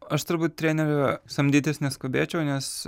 aš turbūt trenerio samdytis neskubėčiau nes